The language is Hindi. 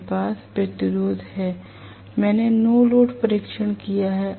मेरे पास प्रतिरोध है मैंने नो लोड परीक्षण किया है